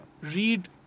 read